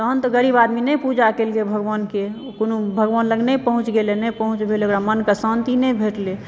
तहन तऽ गरीब आदमी नहि पूजाके लिए भगवानके कोनो भगवान लग नहि पहुँच गेलए नहि पहुँच गेलए ओकरा मनके शान्ति नहि भेटलै